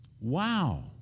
Wow